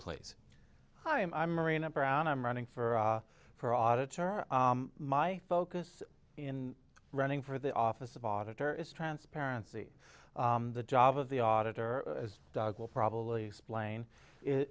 please hi i'm marina brown i'm running for for auditor my focus in running for the office of auditor is transparency the job of the auditor as doug will probably explain i